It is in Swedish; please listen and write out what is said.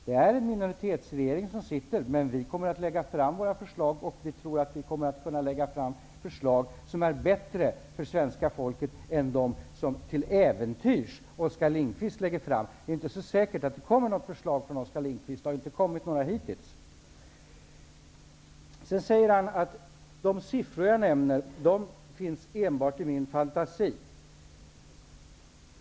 Den regering som sitter är en minoritetsregering, men vi kommer att lägga fram våra förslag, och vi tror att de förslagen är bättre för svenska folket än de förslag som Oskar Lindkvist till äventyrs lägger fram. Det är inte så säkert att det kommer några förslag från Oskar Lindkvist. Det har inte kommit några hittills. Sedan sade Oskar Lindkvist att de belopp som jag nämnde endast finns i min fantasi.